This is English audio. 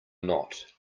not